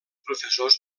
professors